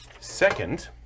Second